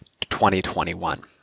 2021